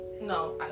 no